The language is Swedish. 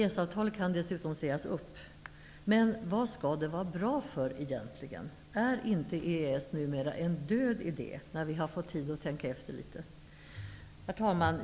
EES-avtalet kan dessutom sägas upp. Men vad skall det vara bra för egentligen? Är inte EES numera, när vi har fått tid att tänka efter litet, en död idé? Herr talman!